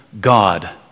God